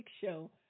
show